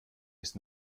ist